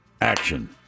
Action